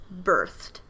birthed